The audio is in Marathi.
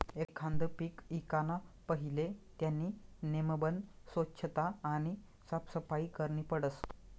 एखांद पीक ईकाना पहिले त्यानी नेमबन सोच्छता आणि साफसफाई करनी पडस